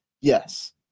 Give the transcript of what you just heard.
Yes